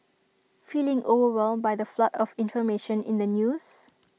feeling overwhelmed by the flood of information in the news